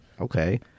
Okay